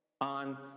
on